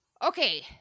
Okay